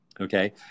okay